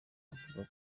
avuga